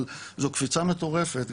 אבל זו קפיצה מטורפת.